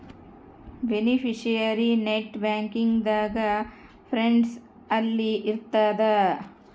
beneficiary net banking ದಾಗ funds ಅಲ್ಲಿ ಇರ್ತದ